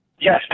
Yes